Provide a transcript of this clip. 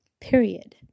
period